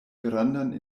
grandan